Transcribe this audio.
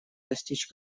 достичь